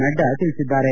ನಡ್ನಾ ತಿಳಿಸಿದ್ದಾರೆ